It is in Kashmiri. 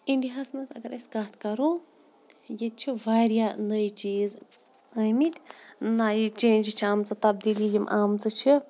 اِنڈیاہَس منٛز اگر أسۍ کَتھ کَرو ییٚتہِ چھِ واریاہ نٔے چیٖز آمٕتۍ نَیہِ چینٛجہِ چھِ آمژٕ تبدیٖلی یِم آمژٕ چھِ